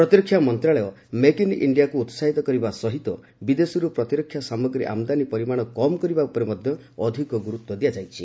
ପ୍ରତିରକ୍ଷା ମନ୍ତ୍ରଣାଳୟ make in ଇଣ୍ଡିଆକ୍ ଉସାହିତ କରିବା ସହିତ ବିଦେଶରୁ ପ୍ରତିରକ୍ଷା ସାମଗ୍ରୀ ଆମଦାନୀ ପରିମାଣ କମ୍ କରିବା ଉପରେ ଅଧିକ କୋର୍ ଦେଇଛି